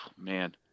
man